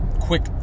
quick